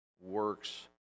works